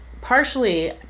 partially